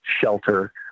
shelter